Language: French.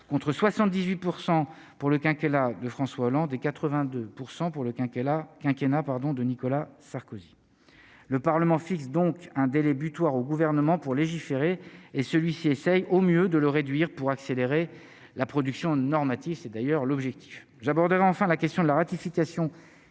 contre 78 % pour le quinquennat de François Hollande et 82 % pour le quinquennat quinquennat pardon de Nicolas Sarkozy, le Parlement fixe donc un délai butoir au gouvernement pour légiférer et celui-ci essaye au mieux de le réduire pour accélérer la production normative, c'est d'ailleurs l'objectif j'aborderai enfin la question de la ratification